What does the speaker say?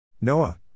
Noah